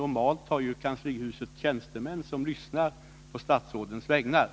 Normalt har kanslihuset tjänstemän som lyssnar på statsrådens vägnar.